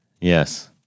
Yes